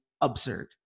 absurd